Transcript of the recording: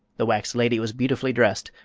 the wax lady was beautifully dressed,